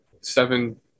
Seven